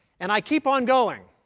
and i keep on going